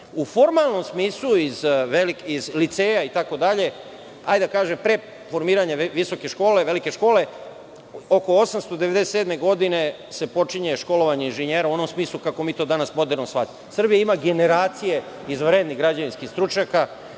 formalnom smislu, iz velikih liceja, itd, hajde da kažemo pre formiranja visoke škole, velike škole, oko 1897. godine se počinje školovanje inženjera u onom smislu kako mi to danas moderno shvatamo. Srbija ima generacije izvanrednih građevinskih stručnjaka,